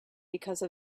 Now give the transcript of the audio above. because